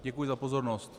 Děkuji za pozornost.